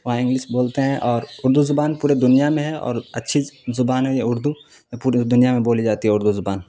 وہاں انگلش بولتے ہیں اور اردو زبان پورے دنیا میں ہے اور اچھی زبان ہے یہ اردو پوری دنیا میں بولی جاتی ہے اردو زبان